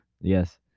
yes